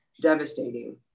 devastating